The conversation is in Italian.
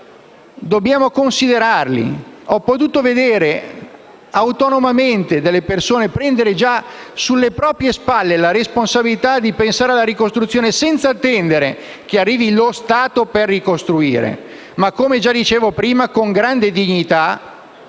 dobbiamo considerarli. Ho potuto vedere persone prendere già autonomamente sulle proprie spalle la responsabilità di pensare alla ricostruzione, senza attendere che arrivi lo Stato per ricostruire, ma - come dicevo prima - con grande dignità,